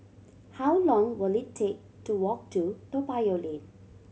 how long will it take to walk to Toa Payoh Lane